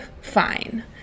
fine